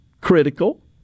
critical